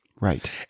Right